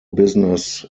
business